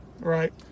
Right